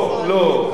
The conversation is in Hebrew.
לא, לא.